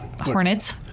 Hornets